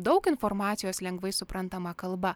daug informacijos lengvai suprantama kalba